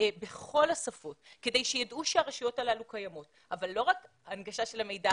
בכל השפות כדי שידעו שהרשויות הללו קיימות אבל לא רק הנגשה של המידע